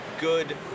good